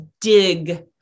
dig